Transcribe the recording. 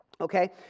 okay